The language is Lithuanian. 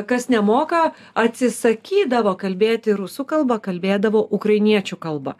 kas nemoka atsisakydavo kalbėti rusų kalba kalbėdavo ukrainiečių kalba